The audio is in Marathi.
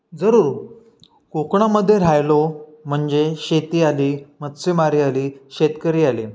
जरूर कोकणामध्ये राहिलो म्हणजे शेती आली मत्स्यमारी आली शेतकरी आले